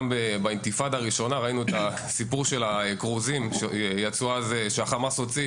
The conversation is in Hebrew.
אז גם באינתיפאדה הראשונה ראינו את הסיפור של הכרוזים שחמאס הוציא